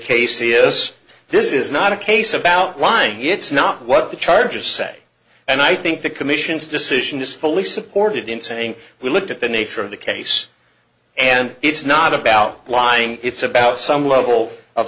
case ias this is not a case about lying it's not what the charges say and i think the commission's decision is fully supported in saying we looked at the nature of the case and it's not about lying it's about some level of